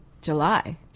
July